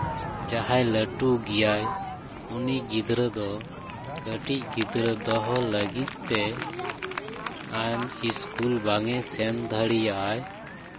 ᱡᱟᱦᱟᱸᱭ ᱞᱟᱹᱴᱩ ᱜᱮᱭᱟᱭ ᱩᱱᱤ ᱜᱤᱫᱽᱨᱟᱹ ᱫᱚ ᱠᱟᱹᱴᱤᱡ ᱜᱤᱫᱽᱨᱟᱹ ᱫᱚᱦᱚᱭ ᱞᱟᱹᱜᱤᱫ ᱛᱮ ᱟᱨ ᱤᱥᱠᱩᱞ ᱵᱟᱝᱼᱮ ᱥᱮᱱ ᱫᱟᱲᱮᱭᱟᱜᱼᱟᱭ